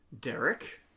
Derek